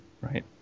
right